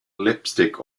lipstick